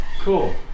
Cool